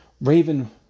Raven